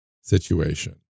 situation